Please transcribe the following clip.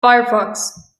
firefox